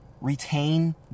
retain